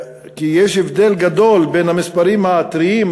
שיש הבדל גדול בין המספרים הטריים,